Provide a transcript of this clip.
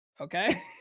Okay